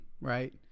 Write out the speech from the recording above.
right